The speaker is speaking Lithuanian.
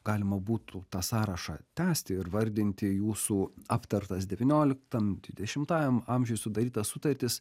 galima būtų tą sąrašą tęsti ir vardinti jūsų aptartas devynioliktam dvidešimtajam amžiuj sudarytas sutartis